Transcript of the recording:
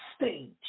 stage